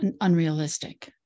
unrealistic